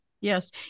yes